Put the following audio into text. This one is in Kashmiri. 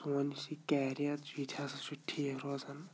سون یُس یہِ کیریَر چھُ یہِ تہِ ہسا چھُ ٹھیٖک روزان